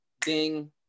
Ding